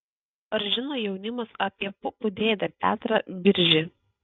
ar žino jaunimas apie pupų dėdę petrą biržį